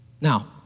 Now